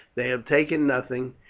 they have taken nothing,